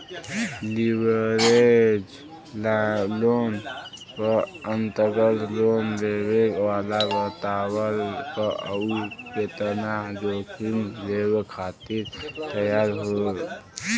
leverage loan क अंतर्गत loan लेवे वाला बतावला क उ केतना जोखिम लेवे खातिर तैयार हौ